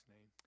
name